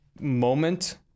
moment